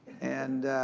and,